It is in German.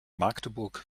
magdeburg